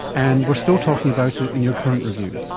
and we are still talking about it in your current review.